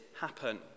happen